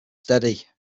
steady